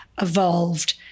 evolved